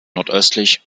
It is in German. nordöstlich